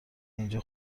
اینجا